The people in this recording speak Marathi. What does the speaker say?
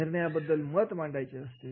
निर्णयाबद्दल मत मांडायचे असते